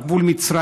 על גבול מצרים,